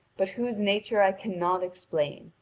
but whose nature i cannot explain,